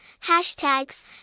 hashtags